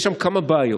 יש שם כמה בעיות,